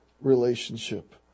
relationship